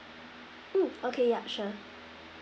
mm okay yup sure